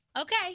Okay